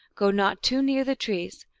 go not too near the trees,